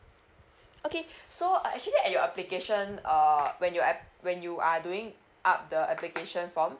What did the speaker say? okay so uh actually at your application uh when you are when you are doing up the application form